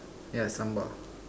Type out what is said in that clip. yeah sambal